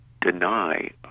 deny